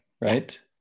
right